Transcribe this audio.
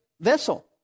vessel